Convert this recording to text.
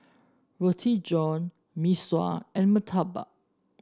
Roti John Mee Sua and murtabak